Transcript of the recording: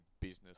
business